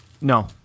No